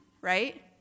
right